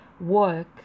work